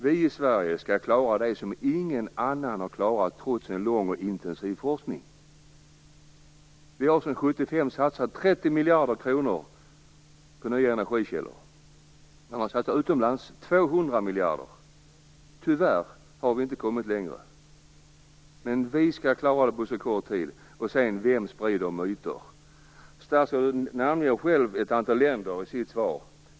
Vi i Sverige skall, trots en lång och intensiv forskning, klara det som inget annat land har klarat. Vi har sedan 1975 satsat 30 miljarder kronor på nya energikällor. Utomlands har man satsat 200 miljarder kronor. Tyvärr har vi inte kommit längre. Ändå skall vi klara det på så kort tid. Vem sprider myter? Statsrådet anger själv ett antal länder i sitt svar.